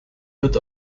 wird